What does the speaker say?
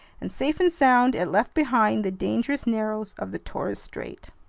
and safe and sound, it left behind the dangerous narrows of the torres strait.